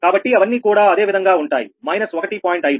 కాబట్టి అవన్నీ కూడా అదే విధంగా ఉంటాయి 1